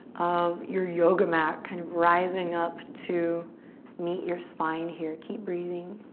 of your yoga mat kind of rising up to meet your spine here. keep breathing.